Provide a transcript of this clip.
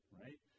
right